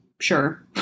Sure